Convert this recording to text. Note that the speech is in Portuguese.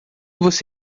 você